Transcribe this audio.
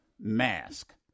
mask